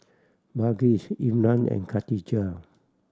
Balqis Imran and Khatijah